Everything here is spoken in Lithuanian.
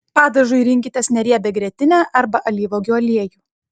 padažui rinkitės neriebią grietinę arba alyvuogių aliejų